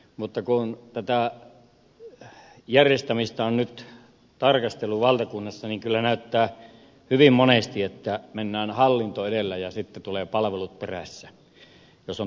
mutta kun tätä järjestämistä on nyt tarkastellut valtakunnassa niin kyllä näyttää hyvin monesti että mennään hallinto edellä ja sitten tulevat palvelut perässä jos ovat tullakseen